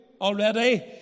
already